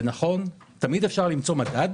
זה נכון, תמיד אפשר למצוא מדד